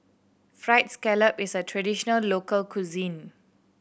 Fried Scallop is a traditional local cuisine